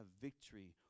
victory